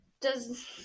Does-